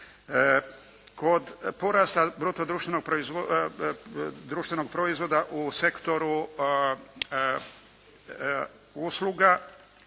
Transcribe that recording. Kod porasta bruto društvenog proizvoda u sektoru usluga